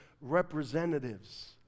representatives